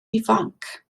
ifanc